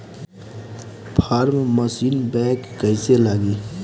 Form machine बैक कईसे लागी?